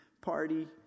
party